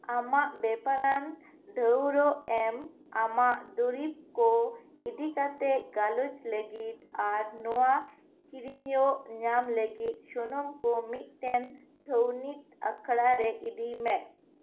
ᱟᱢᱟᱜ ᱵᱮᱯᱟᱨᱟᱱ ᱰᱟ ᱣᱲᱟ ᱮᱢ ᱟᱢᱟᱜ ᱫᱩᱨᱤᱵ ᱠᱚ ᱤᱫᱤ ᱠᱟᱛᱮᱜ ᱜᱟᱞᱚᱪ ᱞᱟᱹᱜᱤᱫ ᱟᱨ ᱱᱚᱣᱟ ᱠᱤᱨᱤᱭᱚ ᱧᱟᱢ ᱞᱟᱹᱜᱤᱫ ᱥᱩᱱᱩᱢ ᱠᱚ ᱢᱤᱫᱴᱮᱱ ᱫᱷᱚᱣᱱᱤᱛ ᱟᱠᱷᱲᱟᱨᱮ ᱤᱫᱤ ᱢᱮ